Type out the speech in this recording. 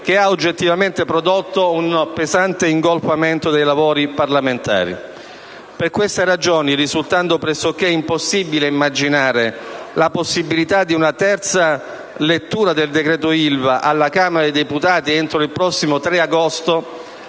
che ha oggettivamente prodotto un pesante ingolfamento dei lavori parlamentari. Per queste ragioni, risultando pressoché impossibile immaginare la possibilità di una terza lettura del decreto Ilva alla Camera dei deputati entro il prossimo 3 agosto,